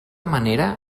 manera